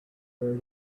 bird